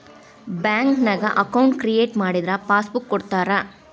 ಬ್ಯಾಂಕ್ನ್ಯಾಗ account create ಮಾಡಿದರ passbook ಕೊಡ್ತಾರಾ